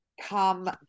come